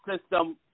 system –